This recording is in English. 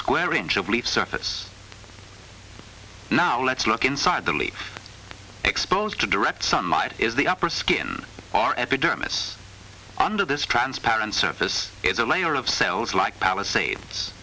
square inch of leaf surface now let's look inside the leaf exposed to direct sunlight is the upper skin or epidermis under this transparent surface is a layer of cells like palisades